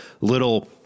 Little